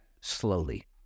slowly